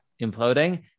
imploding